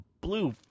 blue